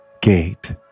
gate